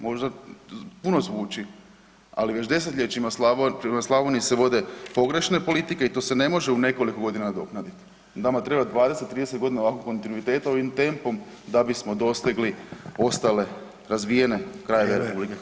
Možda puno zvuči, ali već desetljećima prema Slavoniji se vode pogrešne politike i to se ne može u nekoliko godina nadoknadit, nama treba 20-30.g. ovako kontinuitetom ovim tempom da bismo dostigli ostale razvijene krajeve [[Upadica: Vrijeme]] RH.